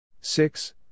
six